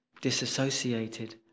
disassociated